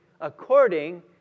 according